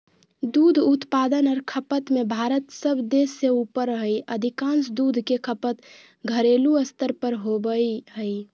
दूध उत्पादन आर खपत में भारत सब देश से ऊपर हई अधिकांश दूध के खपत घरेलू स्तर पर होवई हई